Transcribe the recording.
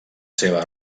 seva